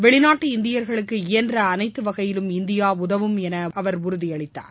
வெளிநாட்டு இந்தியர்களுக்கு இயன்ற அனைத்து வகையிலும் இந்தியா உதவுமென அவர் உறுதியளித்தார்